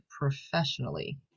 professionally